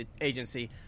agency